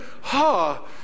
ha